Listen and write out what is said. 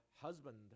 husband